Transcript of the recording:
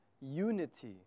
unity